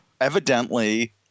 evidently